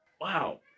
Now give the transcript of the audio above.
Wow